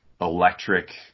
electric